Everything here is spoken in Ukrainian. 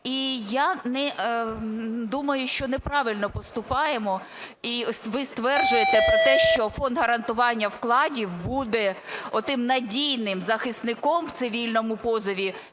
І я думаю, що неправильно поступаємо. І ви стверджуєте про те, що Фонд гарантування вкладів буде отим надійним захисником в цивільному позові